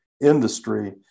industry